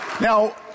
Now